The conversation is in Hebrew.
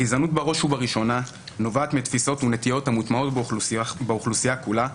הגזענות בראש ובראשונה נובעת מתפיסות ונטיות המוטמעות באוכלוסייה כולה,